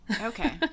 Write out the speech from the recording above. okay